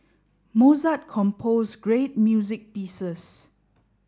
Mozart composed great music pieces